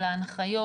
על ההנחיות.